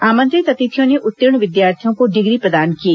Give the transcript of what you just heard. आमंत्रित अतिथियों ने उत्तीर्ण विद्यार्थियों को डिग्री प्रदान किए